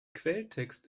quelltext